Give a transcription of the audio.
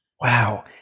Wow